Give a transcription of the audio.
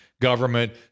government